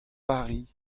vari